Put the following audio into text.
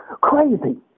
crazy